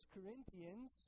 Corinthians